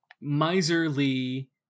miserly